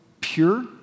pure